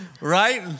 right